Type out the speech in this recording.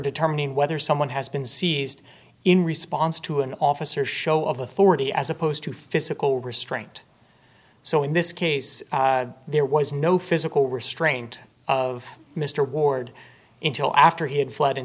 determining whether someone has been seized in response to an officer show of authority as opposed to physical restraint so in this case there was no physical restraint of mr ward in till after he had fl